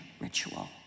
ritual